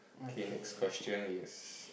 okay next question is